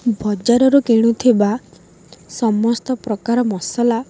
ବଜାରରୁ କିଣୁଥିବା ସମସ୍ତ ପ୍ରକାର ମସଲା